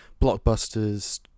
blockbusters